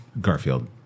Garfield